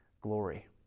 glory